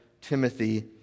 Timothy